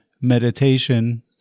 meditation